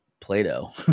Play-Doh